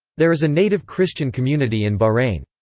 there is a native christian community in bahrain.